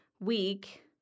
week